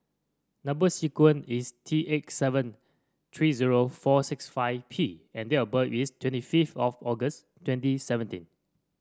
number sequence is T eight seven three zero four six five P and date of birth is twenty fifth of August twenty seventeen